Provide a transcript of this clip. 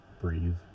breathe